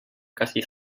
kasih